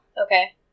Okay